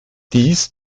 dies